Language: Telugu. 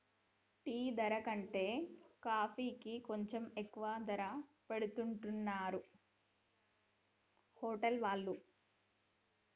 టీ ధర కంటే కాఫీకి కొంచెం ఎక్కువ ధర పెట్టుతున్నరు హోటల్ వాళ్ళు